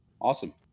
Awesome